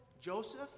Joseph